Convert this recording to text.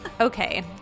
Okay